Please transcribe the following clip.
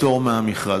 הפטור מהמכרז.